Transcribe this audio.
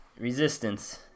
resistance